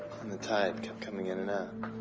and the tide kept coming in and ah